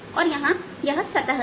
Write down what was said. इसलिए यहां यह सतह है